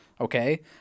okay